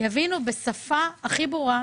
להבין בשפה הברורה,